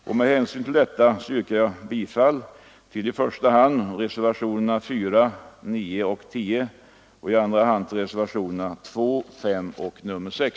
Jag yrkar därför bifall i första hand till reservationerna 4, 9 och 10, och i andra hand till reservationerna 2, 5 och 6.